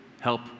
help